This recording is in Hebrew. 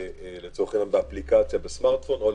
באפליקציה בסמרטפון או,